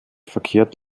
verkehrt